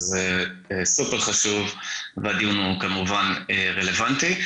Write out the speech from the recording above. זה סופר חשוב, והדיון הוא כמובן רלוונטי.